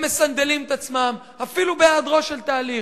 הם מסנדלים את עצמם אפילו בהיעדרו של תהליך.